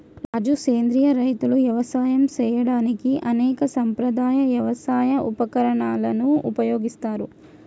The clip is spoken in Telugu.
రాజు సెంద్రియ రైతులు యవసాయం సేయడానికి అనేక సాంప్రదాయ యవసాయ ఉపకరణాలను ఉపయోగిస్తారు